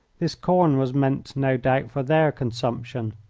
this corn was meant, no doubt, for their consumption.